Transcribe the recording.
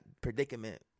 predicament